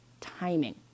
timing